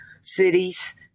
cities